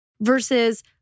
versus